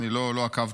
אני לא עקבתי.